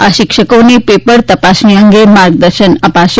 આ શિક્ષકોને પેપર તપાસણી અંગે માર્ગદર્શન અપાશે